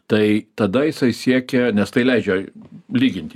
tai tada jisai siekė nes tai leidžia lyginti